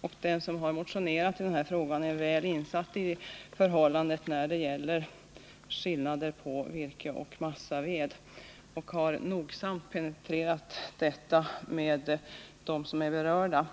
Och den som har motionerat i denna fråga är väl insatt i förhållandet när det gäller skillnader mellan virke och massaved och har nogsamt penetrerat detta med dem som är berörda.